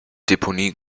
deponie